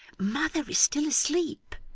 mother is still asleep